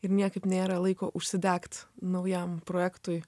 ir niekaip nėra laiko užsidegt naujam projektui